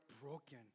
broken